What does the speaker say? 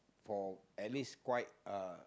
for at least quite uh